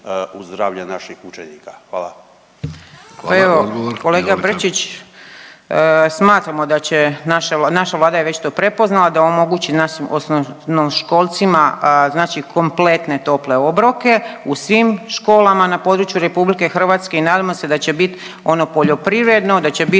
**Zmaić, Ankica (HDZ)** Pa evo kolega Brčić, smatramo da će naša, naša vlada je već to prepoznala da omogući našim osnovnoškolcima znači kompletne tople obroke u svim školama na području RH i nadamo se da će bit ono poljoprivredno, da će bit